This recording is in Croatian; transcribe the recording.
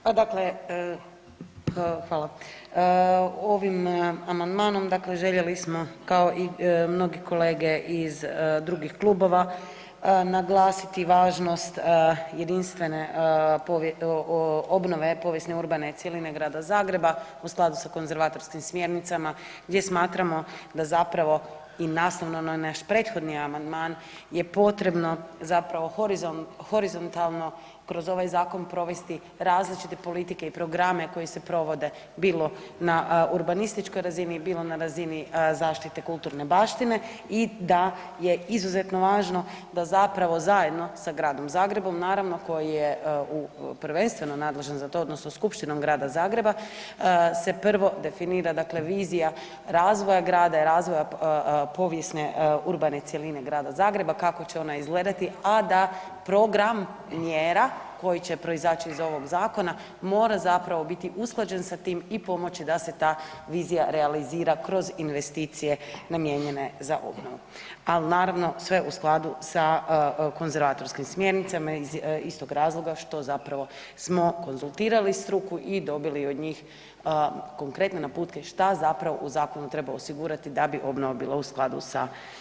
Pa dakle, hvala, ovim amandmanom dakle željeli smo kao i mnogi kolege iz drugih klubova naglasiti važnost jedinstvene obnove povijesne urbane cjeline Grada Zagreba u skladu sa konzervatorskim smjernicama gdje smatramo da zapravo i nastavno na naš prethodni amandman je potrebno zapravo horizontalno kroz ovaj zakon provesti različite politike i programe koji se provode bilo na urbanističkoj razini, bilo na razini zaštite kulturne baštine i da je izuzetno važno da zapravo zajedno sa Gradom Zagrebom naravno koji je prvenstveno nadležan za to odnosno Skupštinom Grada Zagreba se prvo definira dakle vizija razvoja grada i razvoja povijesne urbane cjeline Grada Zagreba kako će ona izgledati, a da program mjera koji će proizaći iz ovog zakona mora zapravo biti usklađen sa tim i pomoći da se ta vizija realizira kroz investicije namijenjene za obnovu, ali naravno sve u skladu sa konzervatorskim smjernicama iz istog razloga što zapravo smo konzultirali struku i dobili od njih konkretne naputke šta zapravo u zakonu treba osigurati da bi obnova bila u skladu sa.